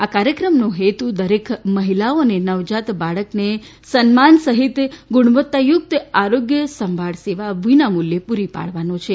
આ કાર્યક્રમનો હેતુ દરેક મહિલાઓ અને નવજાત બાળકને સન્માન સહિત ગુણવત્તાયુક્ત આરોગ્ય સંભાળ સેવા વિનામૂલ્યે પૂરી પાડવાનો છે